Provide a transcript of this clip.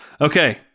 Okay